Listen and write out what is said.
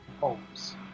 homes